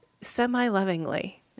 semi-lovingly